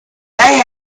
they